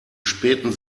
späten